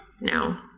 no